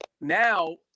now